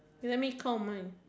let me call mine